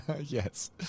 Yes